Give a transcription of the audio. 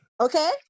okay